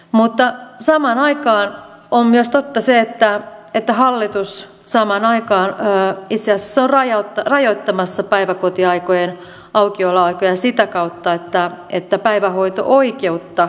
mutta samaan aikaan on myös totta se että hallitus samaan aikaan itse asiassa on rajoittamassa päiväkotien aukioloaikoja sitä kautta että päivähoito oikeutta rajoitetaan